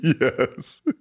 Yes